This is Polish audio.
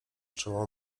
czoło